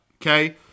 Okay